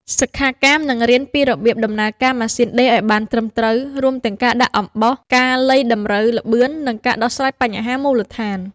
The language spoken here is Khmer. សិក្ខាកាមនឹងរៀនពីរបៀបដំណើរការម៉ាស៊ីនដេរឱ្យបានត្រឹមត្រូវ រួមទាំងការដាក់អំបោះ ការលៃតម្រូវល្បឿន និងការដោះស្រាយបញ្ហាមូលដ្ឋាន។